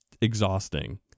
exhausting